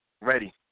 Ready